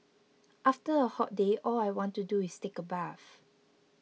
after a hot day all I want to do is take a bath